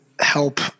help